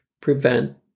prevent